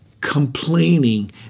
complaining